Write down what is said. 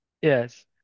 Yes